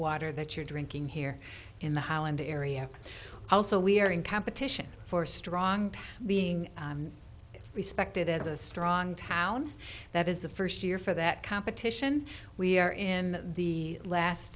water that you're drinking here in the holland area also we are in competition for strong being respected as a strong town that is the first year for that competition we are in the last